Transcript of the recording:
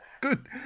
Good